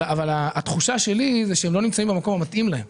אבל התחושה שלי שהיא שהם לא נמצאים במקום המתאים להם.